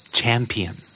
champion